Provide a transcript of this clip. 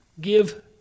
give